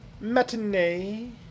matinee